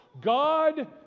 God